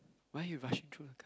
why you rushing through